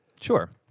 Sure